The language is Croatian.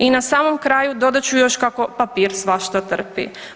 I na samom kraju, dodat ću još kako papir svašta trpi.